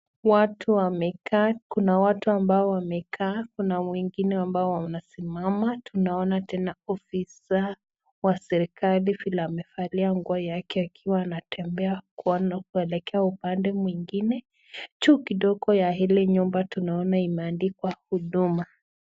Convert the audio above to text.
Watu wamekaa ,kuna watu ambao wamekaa ,kuna wengine ambao wamesimama. Tunaona tena ofisa wa serikali vile amevalia nguo yake akiwa anatembea kuelekea upande mwingine ,juu kidogo ya ile nyumba tunaona imeandikwa huduma.